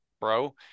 bro